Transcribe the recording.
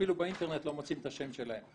אפילו באינטרנט לא מוצאים את השם שלהם.